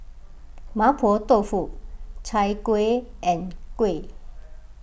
Mapo Tofu Chai Kueh and Kuih